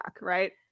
right